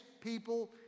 people